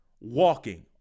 walking